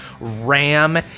ram